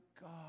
God